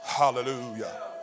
hallelujah